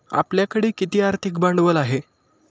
आपल्याकडे किती आर्थिक भांडवल आहे?